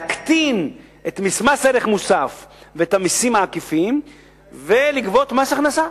להקטין את מס ערך מוסף ואת המסים העקיפים ולגבות מס הכנסה.